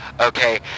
Okay